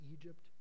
Egypt